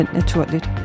naturligt